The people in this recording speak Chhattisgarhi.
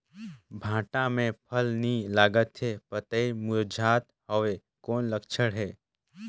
भांटा मे फल नी लागत हे पतई मुरझात हवय कौन लक्षण हे?